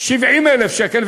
70,000 שקל,